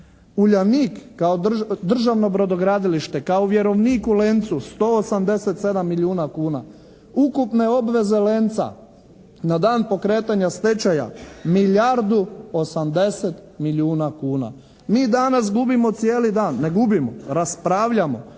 «Uljanik» kao državno brodogradilište, kao vjerovnik u «Lencu» 187 milijuna kuna. Ukupne obveze «Lenca» na dan pokretanja stečaja milijardu 80 milijuna kuna. Mi danas gubimo cijeli dan. Ne gubimo, raspravljamo.